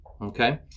Okay